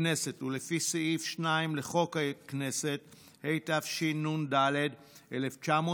הכנסת ולפי סעיף 2 לחוק הכנסת התשנ"ד 1994,